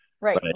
Right